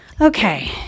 Okay